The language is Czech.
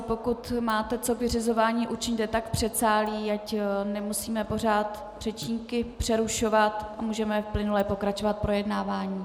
Pokud máte co k vyřizování, učiňte tak v předsálí, ať nemusíme pořád řečníky přerušovat a můžeme plynule pokračovat v projednávání.